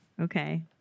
Okay